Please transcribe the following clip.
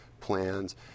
plans